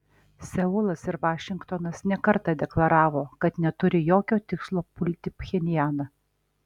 seulas ir vašingtonas ne kartą deklaravo kad neturi jokio tikslo pulti pchenjaną